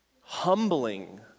humbling